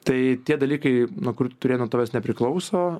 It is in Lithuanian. tai tie dalykai nuo kurių turėtų nuo tavęs nepriklauso